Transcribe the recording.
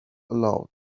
aloud